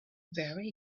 very